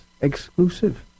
exclusive